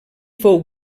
fou